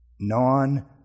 non